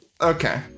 Okay